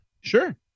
sure